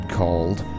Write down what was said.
called